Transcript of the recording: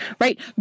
right